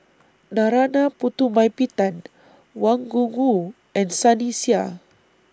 Narana Putumaippittan Wang Gungwu and Sunny Sia